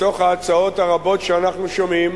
בתוך ההצעות הרבות שאנחנו שומעים,